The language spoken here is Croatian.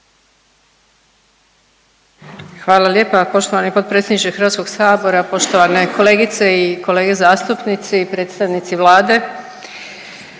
Hvala lijepa poštovani potpredsjedniče HS, poštovane kolegice i kolege zastupnici i predstavnici Vlade.